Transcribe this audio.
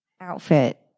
outfit